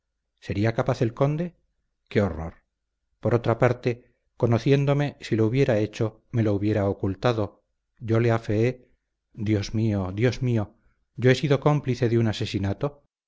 sería capaz el conde qué horror por otra parte conociéndome si lo hubiera hecho me lo hubiera ocultado yo le afeé dios mío dios mío yo he sido cómplice de un asesinato